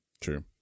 true